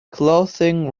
clothing